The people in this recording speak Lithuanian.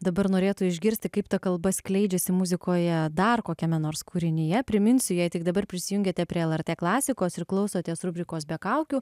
dabar norėtų išgirsti kaip ta kalba skleidžiasi muzikoje dar kokiame nors kūrinyje priminsiu jei tik dabar prisijungėte prie lrt klasikos ir klausotės rubrikos be kaukių